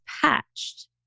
patched